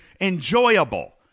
enjoyable